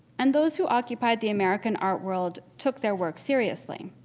and those who occupied the american art world took their work seriously.